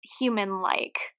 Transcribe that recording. Human-like